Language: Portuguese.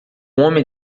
homem